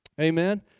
Amen